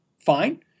fine